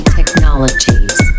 technologies